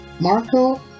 Marco